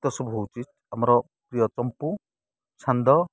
ଏତେ ସବୁ ହେଉଛି ଆମର ପ୍ରିୟ ଚମ୍ପୁ ଛାନ୍ଦ